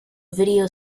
video